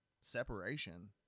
separation